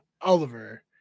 Oliver